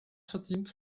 verdient